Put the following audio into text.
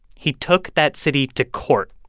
he took that city to court.